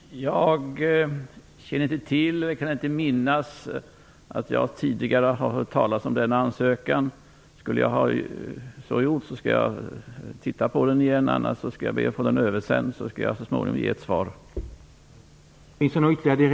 Herr talman! Jag känner inte till och kan inte minnas att jag tidigare har hört talas om denna ansökan. Skulle jag så ha gjort, skall jag titta på den igen. Annars skall jag be att få den översänd för att därefter så småningom ge ett svar.